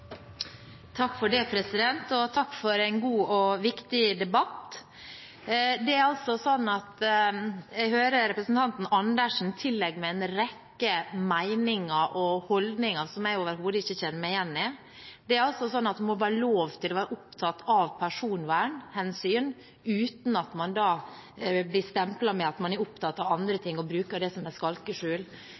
Takk for en god og viktig debatt. Jeg hører representanten Andersen tillegge meg en rekke meninger og holdninger som jeg overhodet ikke kjenner meg igjen i. Det må være lov å være opptatt av personvernhensyn uten at man da blir stemplet med at man er opptatt av andre ting og bruker det som et skalkeskjul. Jeg bruker det ikke som et skalkeskjul. Jeg er